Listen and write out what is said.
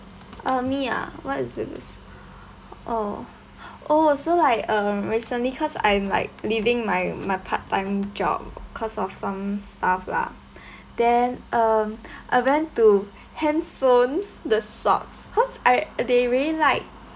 uh me ah what is best oh oh so like um recently cause I'm like leaving my my part time job cause of some stuff lah then um I went to handsewn the socks cause I they really like